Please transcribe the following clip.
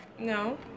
No